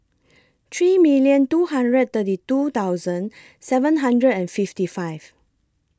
three million two hundred and thirty two seven hundred and fifty five